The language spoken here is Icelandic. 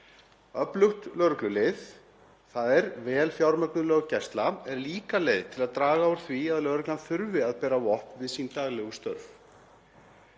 Öflugt lögreglulið, þ.e. vel fjármögnuð löggæsla, er líka leið til að draga úr því að lögreglan þurfi að bera vopn við sín daglegu störf.